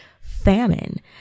famine